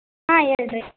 ಹಾಂ ಹೇಳ್ರಿ